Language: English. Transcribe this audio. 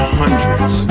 hundreds